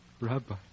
Rabbi